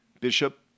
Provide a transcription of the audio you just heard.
Bishop